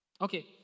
okay